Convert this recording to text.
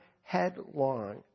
headlong